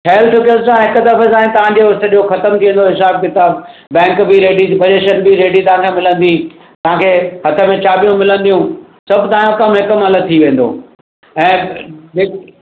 ठहियल ठुकियल सां हिकु दफ़े सां ई तव्हांजो सॼो ख़तमु थी वेंदो हिसाब किताबु बैंक बि रैडी डिपोज़िशन बि रैडी तव्हांखे मिलंदी तव्हांखे हथ में चाबी मिलंदियूं सभु तव्हांजो कमु हिकु महिल थी वेंदो ऐं